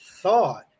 thought